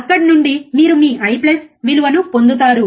అక్కడ నుండి మీరు మీ I విలువను పొందుతారు